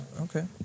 Okay